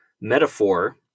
metaphor